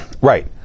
Right